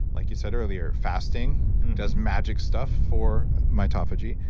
like you said earlier, fasting does magic stuff for mitophagy,